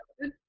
good